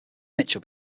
mitchell